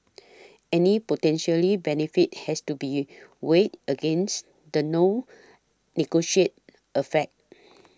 any potentially benefits has to be weighed against the known negotiate effects